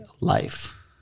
life